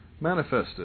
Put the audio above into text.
manifested